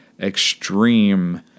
extreme